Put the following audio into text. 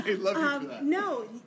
No